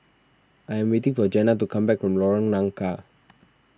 I am waiting for Jena to come back from Lorong Nangka